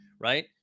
Right